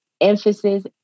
emphasis